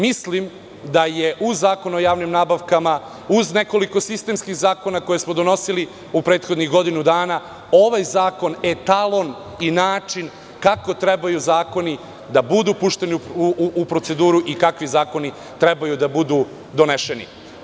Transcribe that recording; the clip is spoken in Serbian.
Mislim da je u Zakonu o javnim nabavkama, uz nekoliko sistemskih zakona koje smo donosili u prethodnih godinu dana, ovaj zakon etalon i način kako trebaju zakoni da budu pušteni u proceduru i kakvi zakoni treba da budu donešeni.